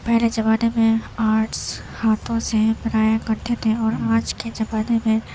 پہلے زمانے میں آرٹس ہاتھوں سے بنایا کرتے تھے اور آج کے زمانے میں